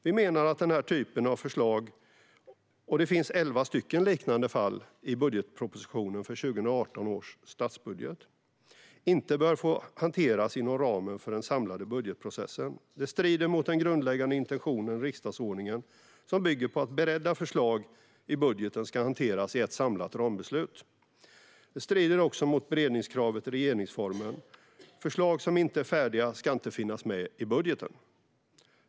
Vi menar att den här typen av förslag - det finns elva liknande fall i budgetpropositionen för 2018 års statsbudget - inte bör få hanteras inom ramen för den samlade budgetprocessen. Det strider mot den grundläggande intentionen i riksdagsordningen, som bygger på att beredda förslag i budgeten ska hanteras i ett samlat rambeslut. Det strider också mot beredningskravet i regeringsformen. Förslag som inte är färdiga ska inte finnas med i budgeten.